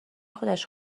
خودش